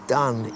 done